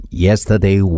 Yesterday